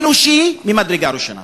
אנושי, ממדרגה ראשונה.